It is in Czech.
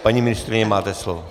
Paní ministryně, máte slovo.